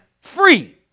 free